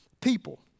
people